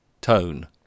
tone